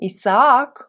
Isaac